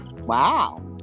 Wow